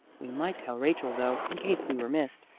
we might tell rachel though, in case we were missed.